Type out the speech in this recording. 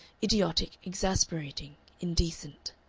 idiotic, exasperating, indecent.